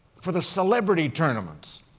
for the celebrity tournaments.